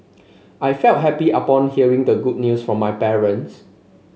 I felt happy upon hearing the good news from my parents